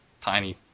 tiny